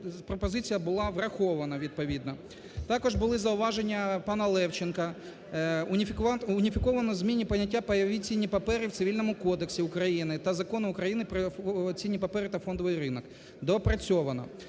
пропозиція була врахована відповідно. Також були зауваження пана Левченка. Уніфіковано, змінні поняття "пайові цінні папери" в Цивільному кодексі України та Закону України "Про цінні папери та фондовий ринок", доопрацьовано.